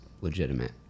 legitimate